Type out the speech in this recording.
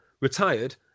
retired